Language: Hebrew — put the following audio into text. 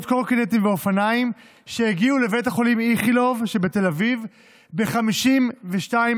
קורקינטים ואופניים שהגיעו לבית החולים איכילוב בתל אביב ב-52%